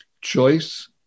Choice